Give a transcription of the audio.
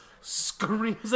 screams